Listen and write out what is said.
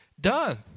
done